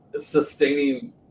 sustaining